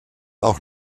auch